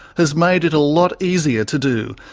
has made it a lot easier to do.